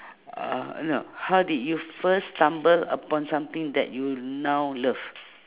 uh no how did you first stumble upon something that you now love